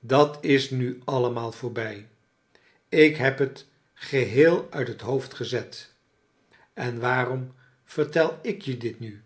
dat is nu allemaal voorbij ik heb het geheel uit het hoofd gezet en waarom vertel ik je dit nu